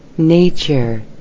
Nature